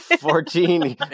Fourteen